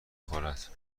خورد